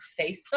Facebook